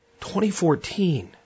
2014